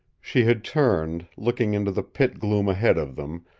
she had turned, looking into the pit-gloom ahead of them,